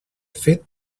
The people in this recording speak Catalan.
fet